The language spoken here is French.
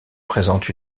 présentent